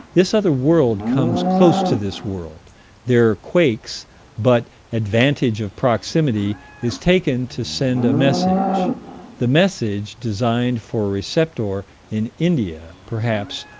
this other world comes close to this world there are quakes but advantage of proximity is taken to send a message the message, designed for a receptor in india, perhaps,